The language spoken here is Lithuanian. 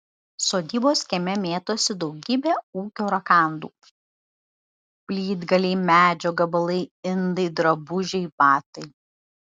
sodybos kieme mėtosi daugybė ūkio rakandų plytgaliai medžio gabalai indai drabužiai batai